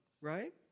right